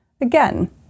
again